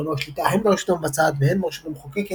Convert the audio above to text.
כלומר שליטה הן ברשות המבצעת והן ברשות המחוקקת,